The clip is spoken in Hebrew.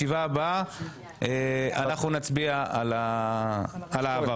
בישיבה הבאה אנחנו נצביע על ההעברה.